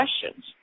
questions